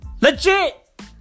Legit